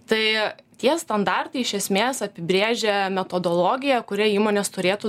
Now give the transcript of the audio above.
tai tie standartai iš esmės apibrėžia metodologiją kuria įmonės turėtų